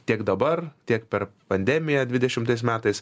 tiek dabar tiek per pandemiją dvidešimtais metais